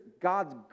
God's